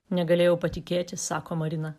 negalėjau patikėti sako marina